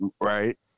right